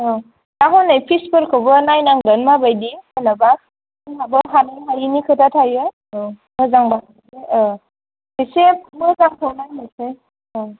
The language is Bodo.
दा हनै फिस फोरखौबो नाय नांगोन माबायदि जेनेबा जोंनाबो हानाय हायैनि खोथा थायो मोजांबा हरनोसै औ एसे मोजांखौ नायनोसै औ